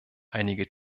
einige